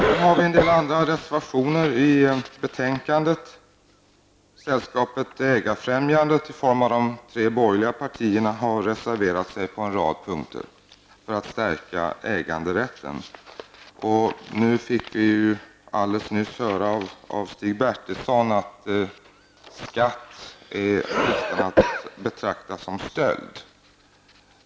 Sedan har vi en del andra reservationer i betänkandet. ''Sällskapet ägarfrämjandet'' i form av de tre borgerliga partierna har reserverat sig på en rad punkter för att stärka äganderätten. Vi fick alldeles nyss höra av Stig Bertilsson att skatt är nästan att betrakta som stöld.